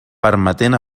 permetent